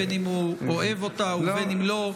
בין אם הוא אוהב אותה ובין אם לא,